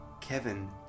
Kevin